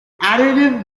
additive